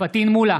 פטין מולא,